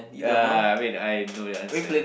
uh wait I know the answer